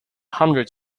hundred